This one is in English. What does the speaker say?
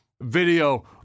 video